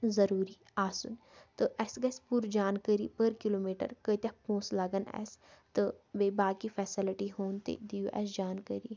ضروٗری آسُن تہٕ اسہِ گژھہِ پوٗرٕ جانکٲری پٔر کِلوٗمیٖٹر کۭتیاہ پۄنٛسہٕ لَگن اسہِ تہٕ بیٚیہِ باقٕے فیسَلٹی ہُنٛد تہِ دِیِو اسہِ جانکٲری